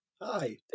Hi